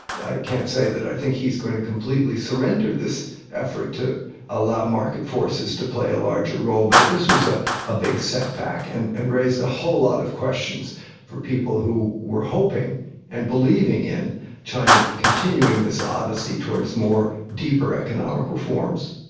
i can't say that i think he is going to completely surrender this effort to allow market forces to play a larger role, but this was ah a big setback and and raised a whole lot of questions for people who were hoping and believing in china continuing this odyssey towards more deeper economic reforms.